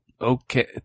okay